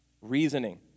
reasoning